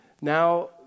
Now